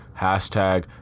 Hashtag